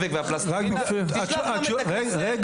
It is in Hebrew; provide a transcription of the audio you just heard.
הדבק